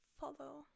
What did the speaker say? follow